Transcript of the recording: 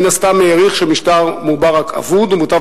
מן הסתם העריך שמשטר מובארק אבוד ומוטב